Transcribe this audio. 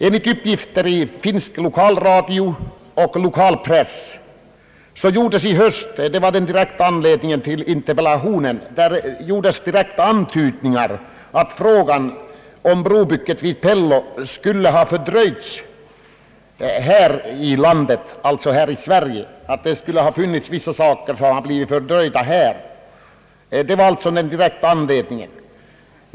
Jag vill nämna i sammanhanget att den direkta anledningen till interpellationen var att det i höst har gjorts antydningar i finsk lokalradio och lokalpress om att brobygget vid Pello skulle ha fördröjts på grund av att ärendet förhalats i Sverige.